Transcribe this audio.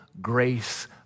grace